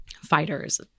fighters